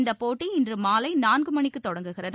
இந்தபோட்டி இன்றுமாலைநான்குமணிக்குதொடங்குகிறது